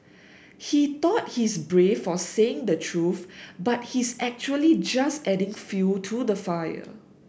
he thought he's brave for saying the truth but he's actually just adding fuel to the fire